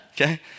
Okay